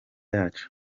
yacu